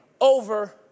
over